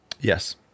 Yes